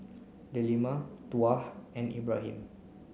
Delima Tuah and Ibrahim